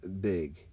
big